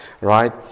Right